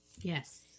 Yes